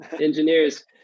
Engineers